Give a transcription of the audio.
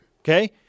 Okay